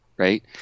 Right